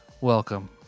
welcome